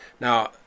Now